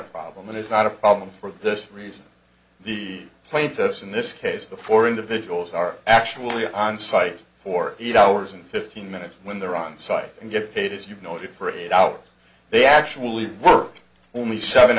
problem and it's not a problem for this reason the plaintiffs in this case the four individuals are actually on site for eight hours and fifteen minutes when they're onsite and get paid as you noted for it out they actually work only seven